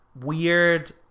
weird